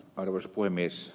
arvoisa puhemies